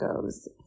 goes